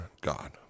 God